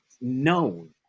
known